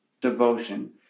devotion